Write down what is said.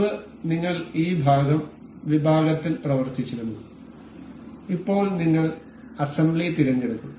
മുമ്പ് നിങ്ങൾ ഈ ഭാഗം വിഭാഗത്തിൽ പ്രവർത്തിച്ചിരുന്നു ഇപ്പോൾ നിങ്ങൾ അസംബ്ലി തിരഞ്ഞെടുക്കും